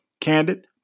candid